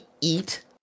eat